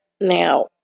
Now